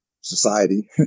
society